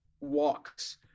walks